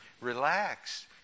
relax